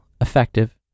effective